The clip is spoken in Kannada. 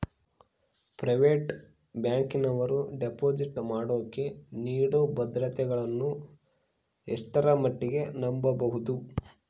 ಪ್ರೈವೇಟ್ ಬ್ಯಾಂಕಿನವರು ಡಿಪಾಸಿಟ್ ಮಾಡೋಕೆ ನೇಡೋ ಭದ್ರತೆಗಳನ್ನು ಎಷ್ಟರ ಮಟ್ಟಿಗೆ ನಂಬಬಹುದು?